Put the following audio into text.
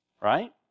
right